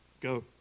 go